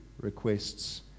requests